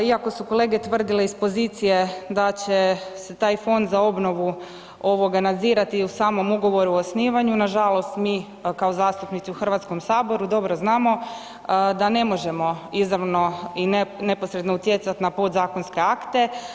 Iako su kolege tvrdile iz pozicije da će se taj fond za obnovu ovoga nadzirati u samom ugovoru o osnivanju nažalost mi kao zastupnici u Hrvatskom saboru dobro znamo da ne možemo izravno i neposredno utjecati na podzakonske akte.